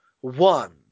one